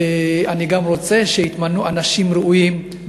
אני גם רוצה שיתמנו אנשים ראויים.